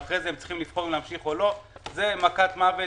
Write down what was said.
ואחרי זה הם צריכים להמשיך לבחון אם להמשיך או לא - זה מכת מוות.